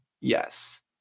Yes